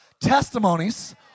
testimonies